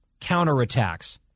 counterattacks